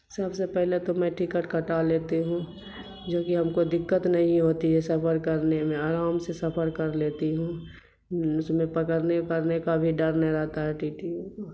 سب سے پہلے تو میں ٹکٹ کٹا لیتی ہوں جو کہ ہم کو دقت نہیں ہوتی ہے سفر کرنے میں آرام سے سفر کر لیتی ہوں اس میں پکڑنے وکرنے کا بھی ڈر نہیں رہتا ہے ٹی ٹی